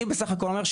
אני בסך הכול אומר,